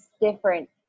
different